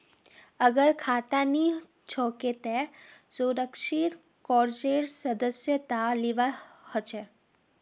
अगर खाता नी छोक त सुरक्षित कर्जेर सदस्यता लिबा हछेक